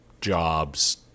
jobs